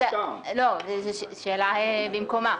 זאת שאלה במקומה.